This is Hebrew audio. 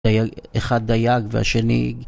אחד דייג והשני...